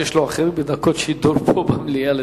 שיש לו הכי הרבה דקות שידור פה במליאה,